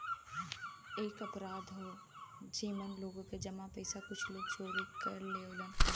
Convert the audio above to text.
एक अपराध हौ जेमन लोग क जमा पइसा कुछ लोग चोरी कर लेवलन